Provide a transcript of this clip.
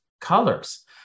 colors